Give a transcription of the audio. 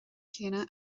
céanna